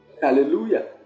hallelujah